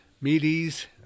Medes